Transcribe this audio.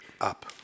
up